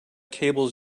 cables